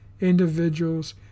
individuals